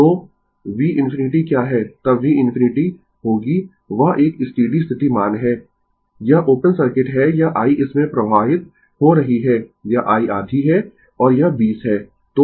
तो v infinity क्या है तब v infinity होगी वह एक स्टीडी स्थिति मान है यह ओपन सर्किट है यह i इसमें प्रवाहित हो रही है यह i आधी है और यह 20 है